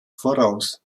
voraus